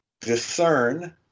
discern